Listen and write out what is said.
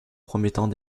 promettant